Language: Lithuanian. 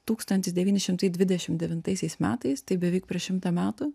tūkstantis devyni šimtai dvidešim devintaisiais metais tai beveik prieš šimtą metų